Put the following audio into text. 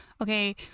okay